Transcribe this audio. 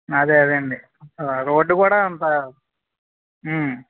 అదే అదేండి రోడ్డు కూడా అంత